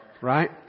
Right